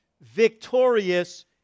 victorious